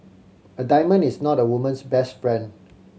a diamond is not a woman's best friend